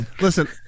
listen